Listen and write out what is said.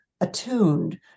attuned